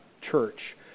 church